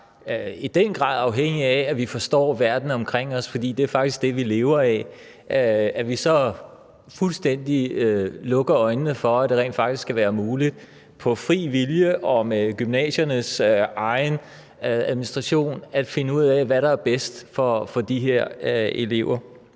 i den grad er afhængigt af, at vi forstår verden omkring os, for det er faktisk det, vi lever af, og at vi så fuldstændig lukker øjnene for, at det rent faktisk skal være muligt på fri vilje og med gymnasiernes egen administration at finde ud af, hvad der er bedst for de her elever.